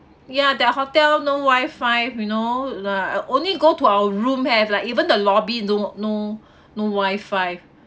ya that hotel no wifi you know like I only go to our room have like even the lobby don't no no wifi